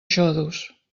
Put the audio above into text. xodos